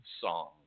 song